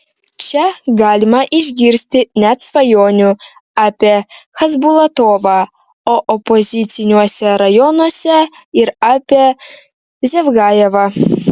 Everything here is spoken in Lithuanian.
čia galima išgirsti net svajonių apie chasbulatovą o opoziciniuose rajonuose ir apie zavgajevą